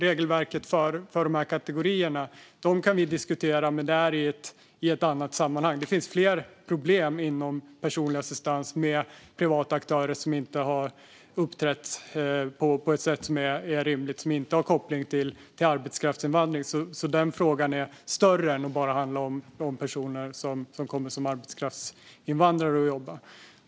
Regelverket för dessa kategorier kan vi diskutera, men i ett annat sammanhang. Det finns fler problem när det gäller personlig assistans. Det finns privata aktörer som inte har uppträtt på ett sätt som är rimligt, och det har inte koppling till arbetskraftsinvandring. Denna fråga är alltså större än att bara handla om personer som kommer som arbetskraftsinvandrare och jobbar.